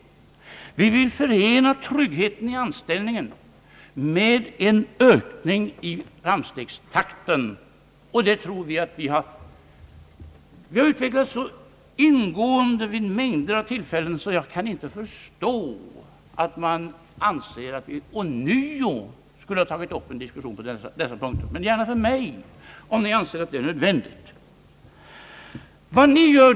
Vi vill förena tryggheten i anställningen med en ökad framstegstakt. Detta har vi så ingående utvecklat vid mängder av tillfällen, att jag inte kan förstå att man anser att vi ånyo borde ha tagit upp en diskussion på de här punkterna. Men gärna för mig, om ni anser det nödvändigt.